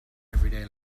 everyday